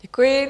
Děkuji.